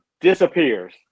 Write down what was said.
disappears